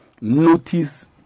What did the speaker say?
Notice